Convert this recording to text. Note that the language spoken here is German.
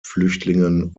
flüchtlingen